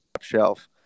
shelf